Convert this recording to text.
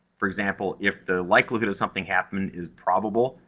for example, if the likelihood of something happened is probable,